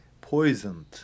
poisoned